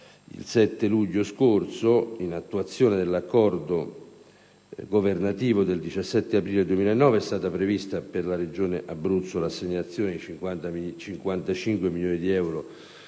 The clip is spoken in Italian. Il 7 luglio scorso, in attuazione dell'accordo governativo del 17 aprile 2009, è stata inoltre prevista per la Regione Abruzzo l'assegnazione di 55 milioni di euro